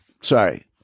Sorry